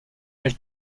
elle